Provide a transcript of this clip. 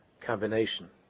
combination